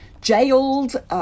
jailed